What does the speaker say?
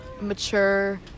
mature